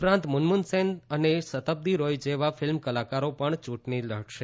ઉપરાંત મુનમુન સેન અને સતબ્દિ રોય જેવા ફિલ્મ કલાકારો પણ ચૂંટણી લડશે